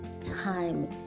time